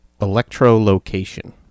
Electrolocation